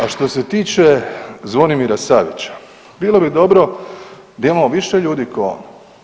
A što se tiče Zvonimira Savića bilo bi dobro da imamo više ljudi ko on.